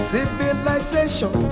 Civilization